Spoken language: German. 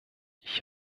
ich